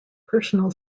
personal